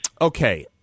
Okay